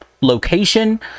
location